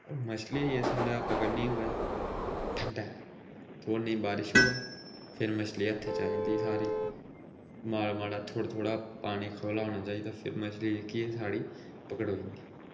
मच्छली इसलै पकड़नी होऐ ठंडे थोह्ड़ी नेहीं बारिश होऐ फिर मच्छली हत्थै ई आई जंदी सारी माड़ा माड़ा थोह्ड़ा थोह्ड़ा पानी खौदला होना चाहिदा मच्छली जेह्की ऐ ओह् सारी पकड़ोई जंदी